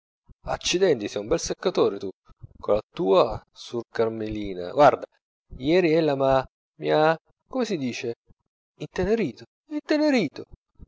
accidenti sei un bel seccatore tu con la tua suor carmelina guarda ieri ella m'ha mi ha come si dice intenerito